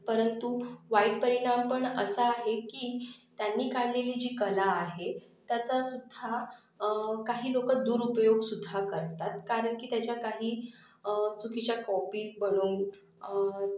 परंतु वाईट परिणाम पण असा आहे की त्यांनी काढलेली जी कला आहे त्याचासुद्धा काही लोकं दुरुपयोगसुद्धा करतात कारण की त्याच्या काही चुकीच्या कॉपी बनवून